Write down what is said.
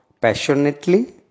passionately